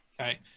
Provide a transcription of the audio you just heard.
Okay